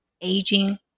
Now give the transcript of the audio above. aging